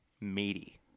meaty